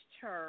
church